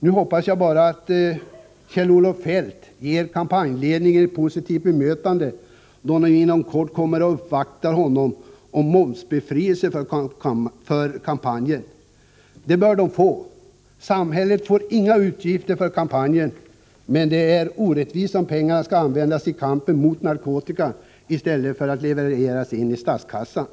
Nu hoppas jag bara att Kjell-Olof Feldt ger kampanjledningen ett positivt bemötande, när den inom kort kommer och uppvaktar honom om momsbefrielse för kampanjen. Det bör den få. Samhället får inga utgifter för kampanjen, men det är orättvist om pengar som skall användas i kamp mot narkotikan i stället skall levereras in till statskassan.